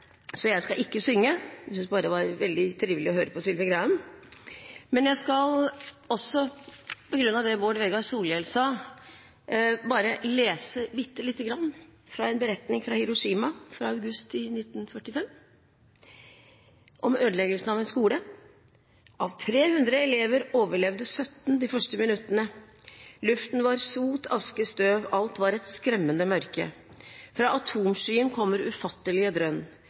så jeg skal ikke synge. Jeg syntes bare det var veldig trivelig å høre på Sylvi Graham. Men jeg skal, også på grunn av det Bård Vegar Solhjell sa, bare lese bitte lite grann fra en beretning fra Hiroshima fra august 1945, om ødeleggelse av en skole: Av 300 elever overlevde 17 de første minuttene – luften var sot, aske, støv, alt var et skremmende mørke. Fra atomskyen kommer ufattelige